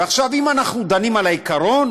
ועכשיו, אם אנחנו דנים בעיקרון,